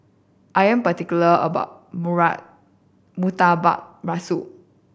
I am particular about Murtabak Rusa